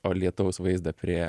o lietaus vaizdą prie